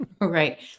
Right